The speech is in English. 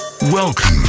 welcome